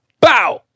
Bow